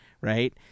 Right